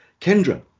kendra